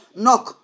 knock